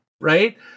right